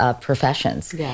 professions